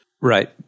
Right